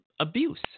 Abuse